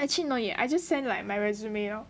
actually not yet I just send my resume lor